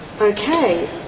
Okay